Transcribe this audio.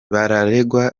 bararegwa